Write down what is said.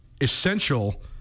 essential